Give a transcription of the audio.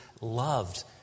loved